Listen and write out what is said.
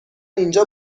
اینجا